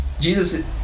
Jesus